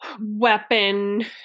weapon